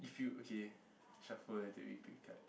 if you okay shuffle a little bit pick a card